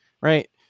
right